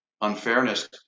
unfairness